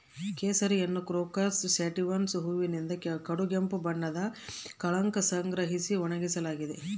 ಕೇಸರಿಯನ್ನುಕ್ರೋಕಸ್ ಸ್ಯಾಟಿವಸ್ನ ಹೂವಿನಿಂದ ಕಡುಗೆಂಪು ಬಣ್ಣದ ಕಳಂಕ ಸಂಗ್ರಹಿಸಿ ಒಣಗಿಸಲಾಗಿದೆ